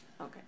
Okay